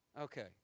Okay